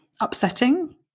upsetting